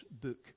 book